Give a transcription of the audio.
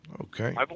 Okay